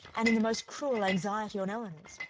and in the most cruel anxiety on elinor's,